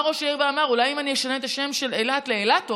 בא ראש העיר ואמר: אולי אם אני אשנה את השם של אילת לאילתוס